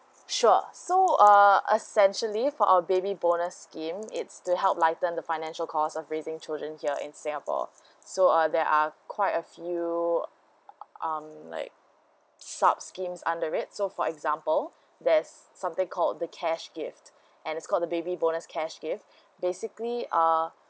sure so err essentially for our baby bonus scheme it's to help lighten the financial cost of raising children here in singapore so uh there are quite a few um like sub schemes under it so for example there's something called the cash gift and it's called the baby bonus cash gift basically uh